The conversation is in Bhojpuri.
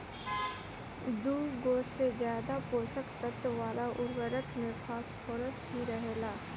दुगो से ज्यादा पोषक तत्व वाला उर्वरक में फॉस्फोरस भी रहेला